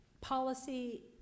policy